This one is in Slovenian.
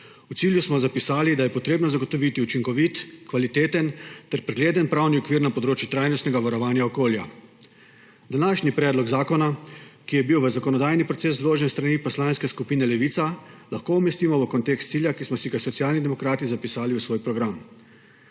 V cilju smo zapisali, da je potrebno zagotoviti učinkovit, kvaliteten ter pregleden pravni okvir na področju trajnostnega varovanja okolja. Današnji predlog zakona, ki je bil v zakonodajni proces vložen s strani Poslanske skupine Levica, lahko umestimo v kontekst cilja, ki smo si ga Socialni demokrati zapisali v svoj program.